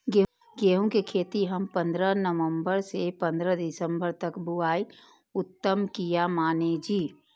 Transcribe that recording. गेहूं के खेती हम पंद्रह नवम्बर से पंद्रह दिसम्बर तक बुआई उत्तम किया माने जी?